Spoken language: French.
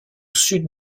sud